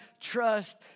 trust